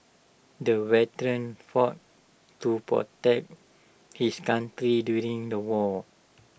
the veteran fought to protect his country during the war